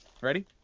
Ready